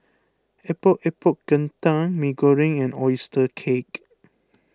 Epok Epok Kentang Mee Goreng and Oyster Cake